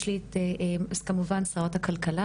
יש לי כמובן את שרת הכלכלה,